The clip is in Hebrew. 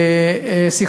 שיש.